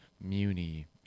Muni